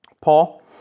Paul